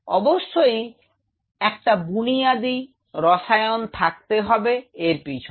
অবশ্যই একটা বুনিয়াদি রসায়াওন থাকতে হবে এর পিছনে